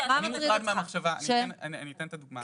אני אתן את הדוגמה,